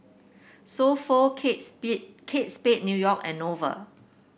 So Pho Kate Speed Kate Spade New York and Nova